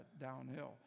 downhill